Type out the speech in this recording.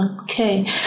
Okay